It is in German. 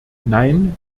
nein